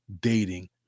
dating